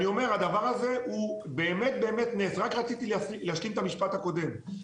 אני רוצה להשלים את המשפט הקודם,